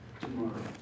tomorrow